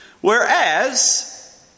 Whereas